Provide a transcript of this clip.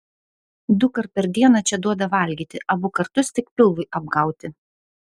dukart per dieną čia duoda valgyti abu kartus tik pilvui apgauti